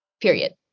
period